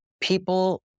People